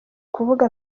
kuvuga